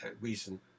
reason